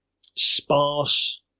sparse